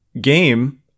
game